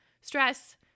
stress